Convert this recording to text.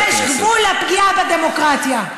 יש גבול לפגיעה בדמוקרטיה.